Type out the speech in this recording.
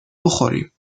بخوریم